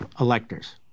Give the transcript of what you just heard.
electors